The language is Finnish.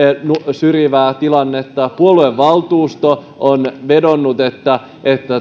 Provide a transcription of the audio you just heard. syrjivää tilannetta puoluevaltuusto on vedonnut että